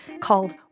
called